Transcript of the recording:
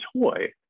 toy